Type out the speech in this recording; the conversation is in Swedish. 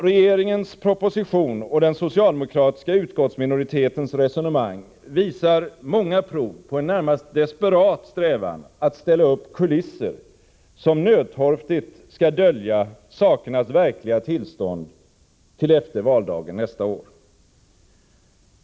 Regeringens proposition och den socialdemokratiska utskottsminoritetens resonemang visar många prov på en närmast desperat strävan att ställa upp kulisser som nödtorftigt skall dölja sakernas verkliga tillstånd till efter valdagen nästa år.